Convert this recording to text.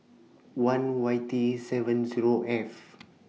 one Y T seven Zero F